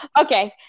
Okay